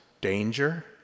danger